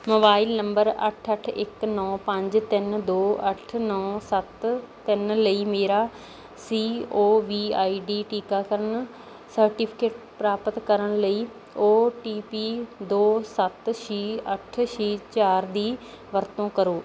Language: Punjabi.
ਮੋਬਾਈਲ ਨੰਬਰ ਅੱਠ ਅੱਠ ਇੱਕ ਨੋ ਪੰਜ ਤਿੰਨ ਦੋ ਅੱਠ ਨੋ ਸੱਤ ਤਿੰਨ ਲਈ ਮੇਰਾ C O V I D ਟੀਕਾਕਰਨ ਸਰਟੀਫਿਕੇਟ ਪ੍ਰਾਪਤ ਕਰਨ ਲਈ ਓ ਟੀ ਪੀ ਦੋ ਸੱਤ ਛੇ ਅੱਠ ਛੇ ਚਾਰ ਦੀ ਵਰਤੋਂ ਕਰੋ